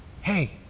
hey